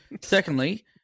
Secondly